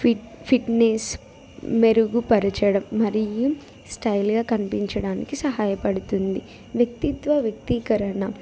fit fitness మెరుగుపరచడం మరియు స్టైల్గా కనిపించడానికి సహాయపడుతుంది వ్యక్తిత్వ వ్యక్తీకరణ